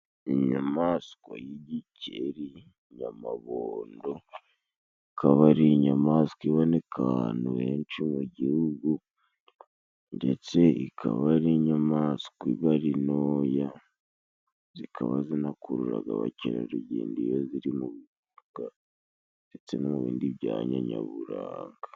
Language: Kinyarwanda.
Inyamaswa y'igikeri nyamabondo ikaba ari inyamaswa iboneka ahantu henshi mu gihugu, ndetse ikaba ari inyamaswa iba ari ntoya, zikaba zinakururaga abakerarugendo iyo ziri mu bishanga ndetse no mu bindi byanya nyaburanga.